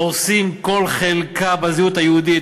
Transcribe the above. הורסים כל חלקה בזהות היהודית,